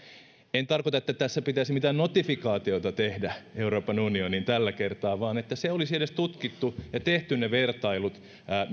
en tarkoita että tästä pitäisi mitään notifikaatiota tehdä euroopan unioniin tällä kertaa vaan että se olisi edes tutkittu ja tehty ne vertailut